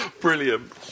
Brilliant